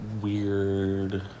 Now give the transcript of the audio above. weird